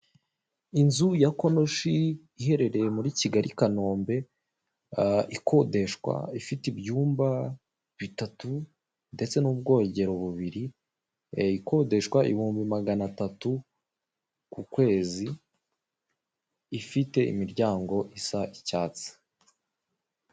Inzu ya konoshi iherereye muri kigali Kanombe, ikodeshwa ifite ibyumba bitatu ndetse n'ubwogero bubiri, ikodeshwa ibihumbi magana atatu ku kwezi, ifite imiryango isa icyatsi.